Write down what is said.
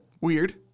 Weird